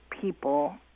people